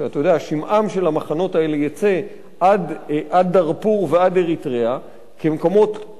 שמעם של המחנות האלה יצא עד דארפור ועד אריתריאה כמקומות קשים,